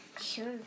Sure